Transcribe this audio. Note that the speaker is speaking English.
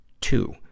Two